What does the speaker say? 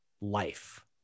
life